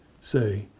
say